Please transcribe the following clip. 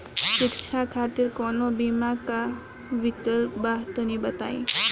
शिक्षा खातिर कौनो बीमा क विक्लप बा तनि बताई?